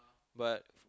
but